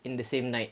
in the same night